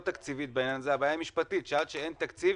תקציבית בעניין הזה אלא משפטית עד שאין תקציב,